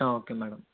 okay madam